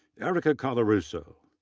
erica colarusso,